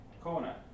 corner